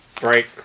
break